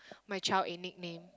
my child a nickname